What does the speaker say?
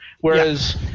whereas